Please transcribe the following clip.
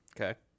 Okay